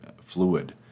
fluid